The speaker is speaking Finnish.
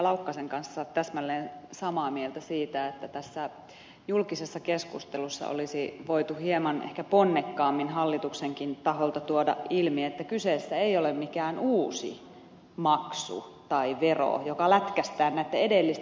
laukkasen kanssa täsmälleen samaa mieltä siitä että tässä julkisessa keskustelussa olisi voitu hieman ehkä ponnekkaammin hallituksenkin taholta tuoda ilmi että kyseessä ei ole mikään uusi maksu tai vero joka lätkäistään näitten edellisten päälle